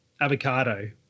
avocado